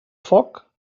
foc